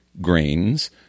grains